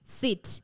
sit